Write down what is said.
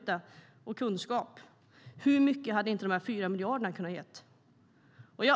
Hur mycket hade inte de här 4 miljarderna kunnat ge?